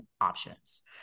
options